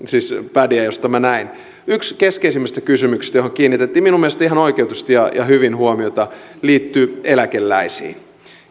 pädiä josta minä näin yksi keskeisimmistä kysymyksistä johon kiinnitettiin minun mielestäni ihan oikeutetusti ja ja hyvin huomiota liittyi eläkeläisiin